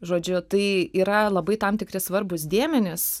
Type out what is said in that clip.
žodžiu tai yra labai tam tikri svarbūs dėmenys